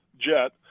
jet